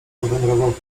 powędrował